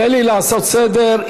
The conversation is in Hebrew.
תן לי לעשות סדר,